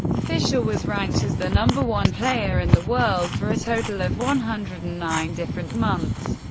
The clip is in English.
fischer was ranked as the number one player in the world for a total of one hundred and nine different months,